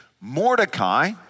Mordecai